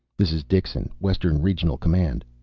this is dixon. western regional command.